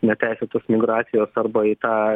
neteisėtos migracijos arba į tą